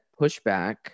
pushback